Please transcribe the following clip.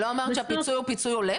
לא אמרת שהפיצוי הוא פיצוי הולם?